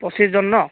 পঁচিছজন নহ্